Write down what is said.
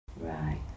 Right